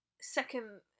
second